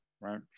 right